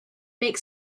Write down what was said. make